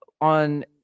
on –